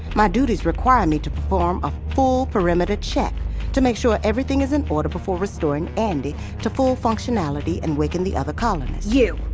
my duties require me to perform a full perimeter check to make sure everything is in order before restoring andi to full functionality and waking the other colonists you?